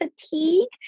fatigue